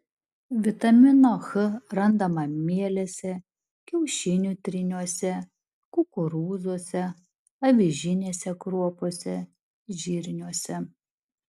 vitamino h randama mielėse kiaušinių tryniuose kukurūzuose avižinėse kruopose žirniuose